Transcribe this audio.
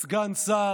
לסגן השר